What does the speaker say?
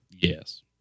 Yes